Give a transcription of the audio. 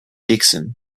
dickson